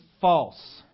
false